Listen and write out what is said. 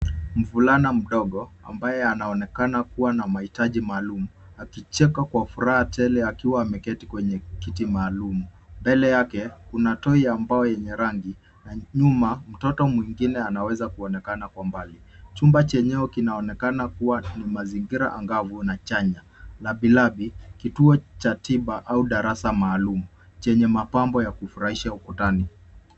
Mvulana mdogo ambaye anaonekana kuwa na mahitaji maalum akicheka kwa furaha tele akiwa ameketi kwenye kiti maalum. Mbele yake, kuna toy ambayo yenye rangi na nyuma mtoto mwingine anaweza kuonekana kwa mbali. Chumba chenyewe kinaonekana kuwa na mazingira angavu na chanya na bilavi, kituo cha tiba au darasa maalum chenye mapambo ya kufurahisha ukutani.